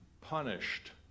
punished